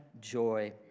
joy